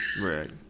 right